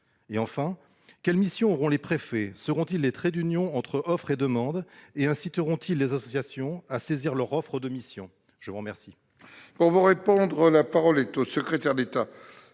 ? Enfin, quelles missions auront les préfets ? Seront-ils les traits d'union entre l'offre et la demande ? Inciteront-ils les associations à saisir leurs offres de missions ? La parole